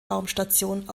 raumstation